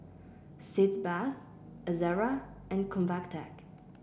Sitz Bath Ezerra and Convatec